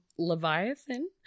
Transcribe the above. Leviathan